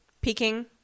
Peking